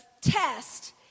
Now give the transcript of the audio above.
test